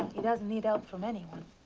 he doesn't need help from anyone.